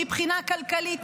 מבחינה כלכלית,